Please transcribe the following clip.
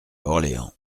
orléans